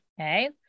Okay